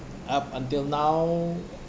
up until now